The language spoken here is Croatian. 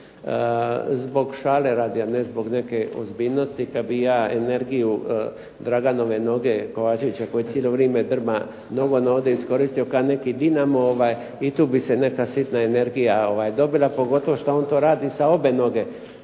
Zbog šale radi a ne zbog neke ozbiljnosti da bi ja energiju Draganove noge Kovačevića koji cijelo vrijeme drma nogom ovdje iskoristio kao nekakav dinamo i tu bi se neka sitna energija dobila pogotovo što on to radi sa obe noge